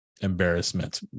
embarrassment